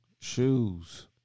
Shoes